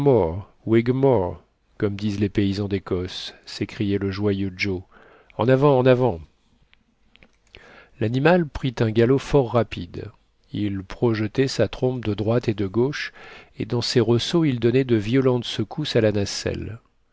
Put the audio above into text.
comme disent les paysans d'écosse s'écriait le joyeux joe en avant en avant l'animal prit un galop fort rapide il projetait sa trompe de droite et de gauche et dans ses ressauts il donnait de violentes secousses à la nacelle